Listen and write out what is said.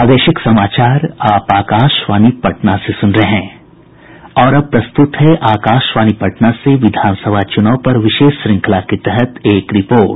और अब प्रस्तुत है आकाशवाणी पटना से विधान सभा चुनाव पर विशेष श्रृंखला के तहत एक रिपोर्ट